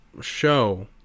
show